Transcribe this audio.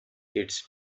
its